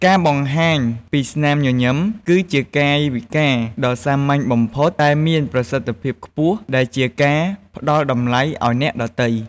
ការបង្ហាញពីស្នាមញញឹមគឺជាកាយវិការដ៏សាមញ្ញបំផុតតែមានប្រសិទ្ធភាពខ្ពស់ដែលជាការផ្ដល់តម្លៃអោយអ្នកដទៃ។